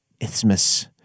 Isthmus